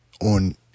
on